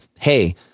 Hey